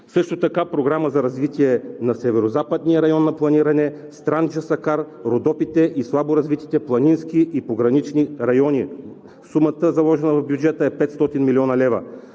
Също така Програма за развитие на Северозападния район; на планиране, Странджа-Сакар, Родопите и слаборазвитите планински и погранични райони. Сумата, заложена в бюджета, е 500 млн. лв.